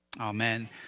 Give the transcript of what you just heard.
Amen